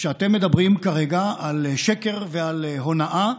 כשאתם מדברים כרגע על שקר ועל הונאה,